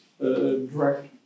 direct